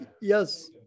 yes